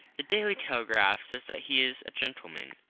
the daily telegraph says that he is a gentleman.